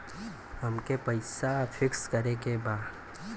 अमके पैसा फिक्स करे के बा?